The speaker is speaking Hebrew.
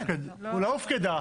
היא לא הופקדה.